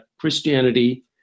Christianity